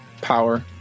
power